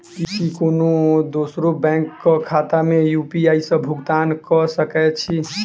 की कोनो दोसरो बैंक कऽ खाता मे यु.पी.आई सऽ भुगतान कऽ सकय छी?